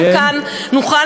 גם כאן נוכל,